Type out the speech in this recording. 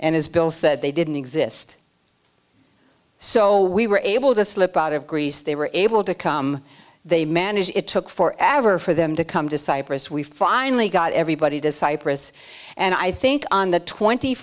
and as bill said they didn't exist so we were able to slip out of greece they were able to come they managed it took four advert for them to come to cyprus we finally got everybody to cyprus and i think on the twenty